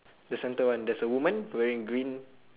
the centre one there is a woman wearing green